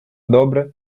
добре